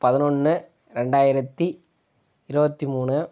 பதினொன்னு இரண்டாயிரத்தி இருபத்தி மூணு